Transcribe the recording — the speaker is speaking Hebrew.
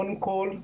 קודם כול,